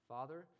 Father